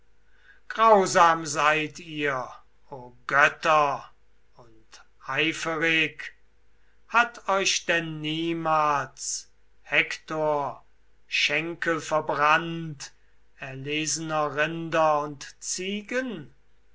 grausam seid ihr o götter und eiferig hat euch denn niemals hektor schenkel verbrannt erlesener rinder und ziegen